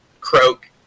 croak